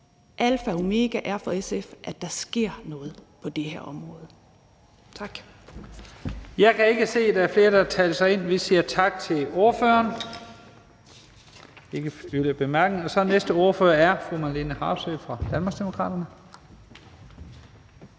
alfa og omega for SF, at der sker noget på det her område. Tak.